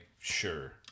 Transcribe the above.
sure